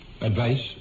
Advice